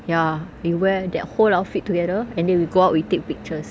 ya you wear that whole outfit together and then we go out we take pictures